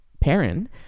parent